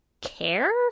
care